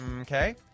Okay